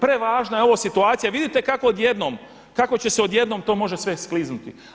Prevažna je ovo situacija, vidite kako odjednom, kako odjednom to može sve skliznuti.